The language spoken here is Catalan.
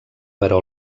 però